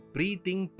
Breathing